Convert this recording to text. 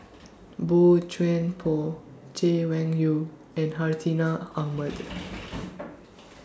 Boey Chuan Poh Chay Weng Yew and Hartinah Ahmad